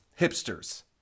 hipsters